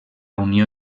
unió